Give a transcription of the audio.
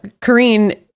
Kareen